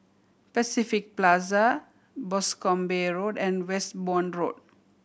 Pacific Plaza Boscombe Road and Westbourne Road